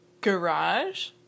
Garage